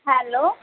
hello